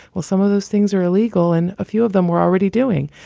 well, some of those things are illegal and a few of them were already doing